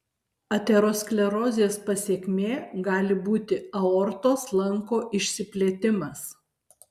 aterosklerozės pasekmė gali būti aortos lanko išsiplėtimas